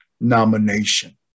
nomination